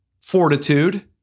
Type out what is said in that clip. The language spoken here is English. fortitude